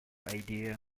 idea